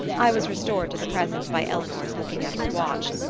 i was restored to the present by eleanor's looking at her watch.